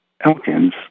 Elkins